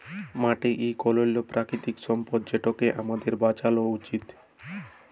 মাটি ইক অলল্য পেরাকিতিক সম্পদ যেটকে আমাদের বাঁচালো উচিত